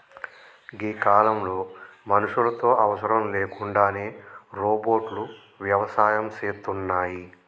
గీ కాలంలో మనుషులతో అవసరం లేకుండానే రోబోట్లు వ్యవసాయం సేస్తున్నాయి